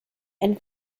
and